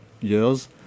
years